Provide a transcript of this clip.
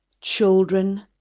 children